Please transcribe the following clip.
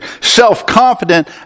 self-confident